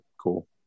cool